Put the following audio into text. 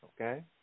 Okay